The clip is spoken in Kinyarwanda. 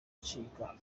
acika